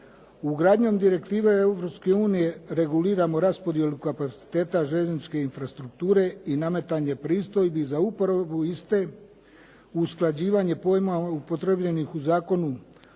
Ugradnjom direktive Europske unije reguliramo raspodjelu kapaciteta željezničke infrastrukture i nametanje pristojbi za uporabu iste, usklađivanje pojmova upotrijebljenih u Zakonu